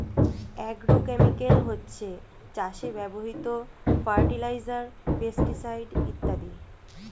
agrochemical হচ্ছে চাষে ব্যবহৃত ফার্টিলাইজার, পেস্টিসাইড ইত্যাদি